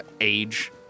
age